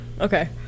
Okay